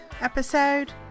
episode